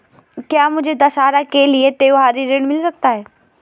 क्या मुझे दशहरा के लिए त्योहारी ऋण मिल सकता है?